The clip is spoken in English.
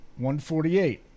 148